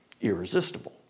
irresistible